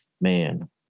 man